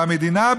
והמדינה,